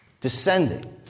descending